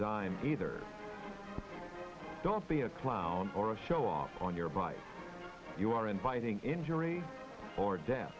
dime either don't be a clown or show off on your bike you are inviting injury or death